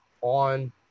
on